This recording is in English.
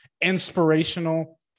inspirational